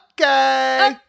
Okay